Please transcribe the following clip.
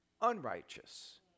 unrighteous